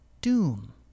doom